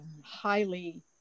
highly